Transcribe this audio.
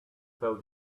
tell